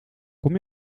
kom